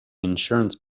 insurance